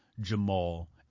Jamal